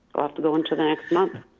we'll have to go into the next month.